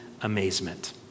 amazement